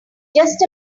just